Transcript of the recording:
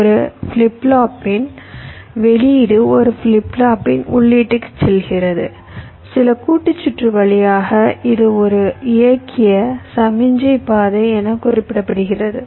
ஒரு ஃபிளிப் ஃப்ளாப்பின் வெளியீடு ஒரு ஃபிளிப் ஃப்ளாப்பின் உள்ளீட்டிற்குச் செல்கிறது சில கூட்டு சுற்று வழியாக இது ஒரு இயக்கிய சமிக்ஞை பாதை என குறிப்பிடப்படுகிறது